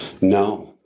No